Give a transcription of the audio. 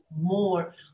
more